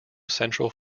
central